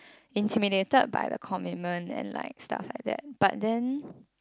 intimidated by the commitment and like stuff like that but then